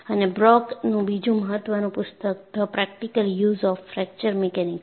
અને બ્રોકનું બીજું મહત્વનું પુસ્તક "the practical use of fracture mechanics"